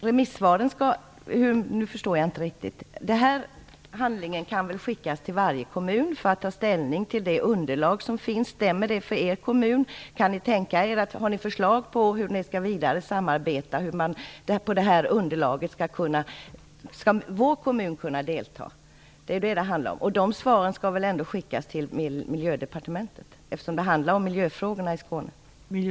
Fru talman! Jag förstår inte riktigt. Den här handlingen kan väl skickas till alla kommuner för att de skall kunna ta ställning till det underlag som finns. Man kan fråga: Stämmer detta för er kommun? Har ni förslag på hur ni skall samarbeta vidare och om hur ni med detta underlag skall kunna delta. Det är detta det handlar om. Och dessa svar skall väl ändå skickas till Miljödepartementet, eftersom det handlar om miljöfrågorna i Skåne.